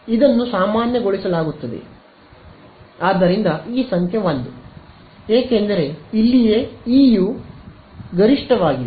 ಇದನ್ನು ಸಾಮಾನ್ಯಗೊಳಿಸಲಾಗುತ್ತದೆ ಆದ್ದರಿಂದ ಈ ಸಂಖ್ಯೆ 1 ಏಕೆಂದರೆ ಇಲ್ಲಿಯೇ ಇθ Eθ ಗರಿಷ್ಠವಾಗಿದೆ